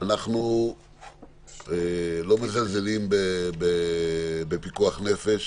אנחנו לא מזלזלים בפיקוח נפש,